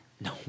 No